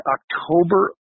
October